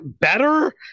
better